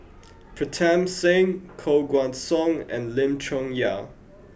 Pritam Singh Koh Guan Song and Lim Chong Yah